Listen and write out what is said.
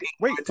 Wait